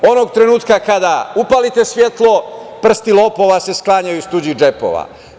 Onog trenutka kada upalite svetlo, prsti lopova se sklanjaju iz tuđih džepova.